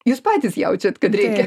jūs patys jaučiat kad reikia